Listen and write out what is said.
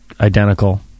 identical